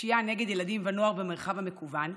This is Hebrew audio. ופשיעה נגד ילדים ונוער במרחב המקוון,